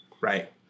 Right